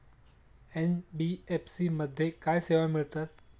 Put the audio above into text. NBFC मध्ये काय सेवा मिळतात?